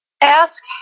ask